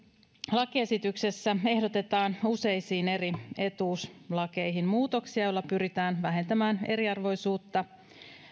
lakiesityksessä ehdotetaan useisiin eri etuuslakeihin muutoksia joilla pyritään vähentämään eriarvoisuutta